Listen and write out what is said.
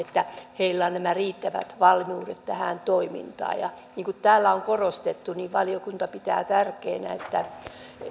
että heillä on riittävät valmiudet tähän toimintaan niin kuin täällä on korostettu valiokunta pitää tärkeänä että